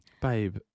babe